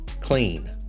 clean